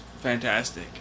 fantastic